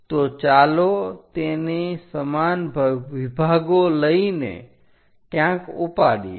તો ચાલો તેને સમાન વિભાગો લઈને ક્યાંક ઉપાડીએ